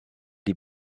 die